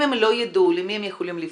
אם הם לא יידעו למי הם יכולים לפנות,